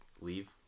leave